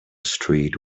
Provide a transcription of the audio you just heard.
street